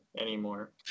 anymore